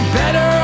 better